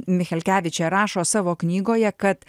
michelkevičė rašo savo knygoje kad